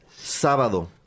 Sábado